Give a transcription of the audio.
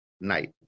night